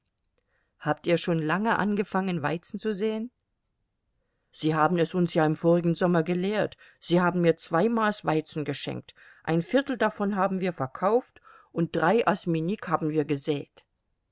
habt ihr schon lange angefangen weizen zu säen sie haben es uns ja im vorvorigen sommer gelehrt sie haben mir zwei maß weizen geschenkt ein viertel davon haben wir verkauft und drei osminnik haben wir gesät